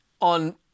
on